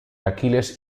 aquiles